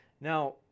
Now